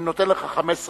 אני נותן לך 15 דקות,